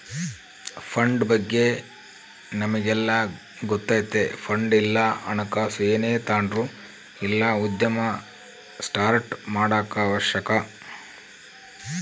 fund ಬಗ್ಗೆ ನಮಿಗೆಲ್ಲ ಗೊತ್ತತೆ ಫಂಡ್ ಇಲ್ಲ ಹಣಕಾಸು ಏನೇ ತಾಂಡ್ರು ಇಲ್ಲ ಉದ್ಯಮ ಸ್ಟಾರ್ಟ್ ಮಾಡಾಕ ಅವಶ್ಯಕ